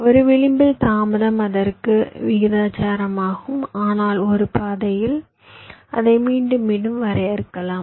ஒரு விளிம்பில் தாமதம் அதற்கு விகிதாசாரமாகும் ஆனால் ஒரு பாதையில் அதை மீண்டும் மீண்டும் வரையறுக்கலாம்